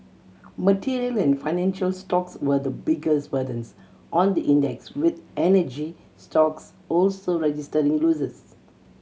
material and financial stocks were the biggest burdens on the index with energy stocks also registering losses